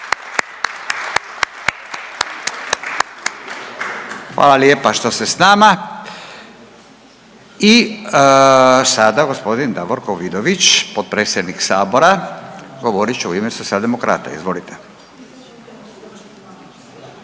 Hvala lijepa što ste s nama. I sada gospodin Davorko Vidović, potpredsjednik sabora govorit će u ime Socijaldemokrata. Izvolite.